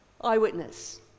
Eyewitness